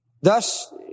Thus